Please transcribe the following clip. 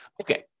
Okay